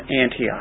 Antioch